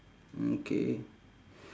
mm K